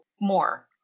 more